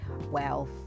wealth